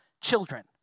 children